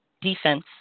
Defense